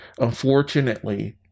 unfortunately